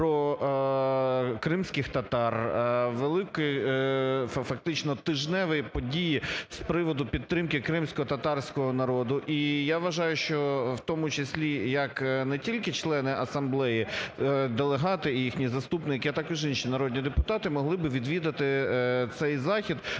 про кримських татар, великі, фактично тижневі події з приводу підтримки кримськотатарського народу. І я вважаю, що в тому числі як не тільки члени асамблеї, делегати і їхні заступники, а також і інші народні депутати могли би відвідати цей захід,